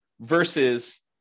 versus